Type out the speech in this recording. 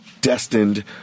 destined